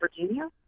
Virginia